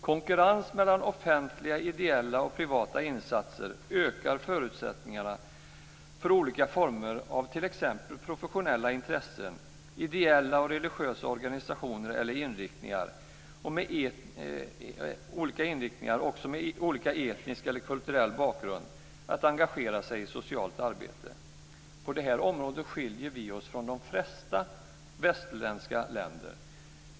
Konkurrens mellan offentliga, ideella och privata insatser ökar förutsättningarna för olika former av t.ex. professionella intressen eller ideella och religiösa organisationer, med olika inriktningar och med olika etnisk eller kulturell bakgrund, att engagera sig i socialt arbete. På det här området skiljer sig Sverige från de flesta västerländska länder.